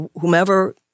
Whomever